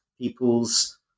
people's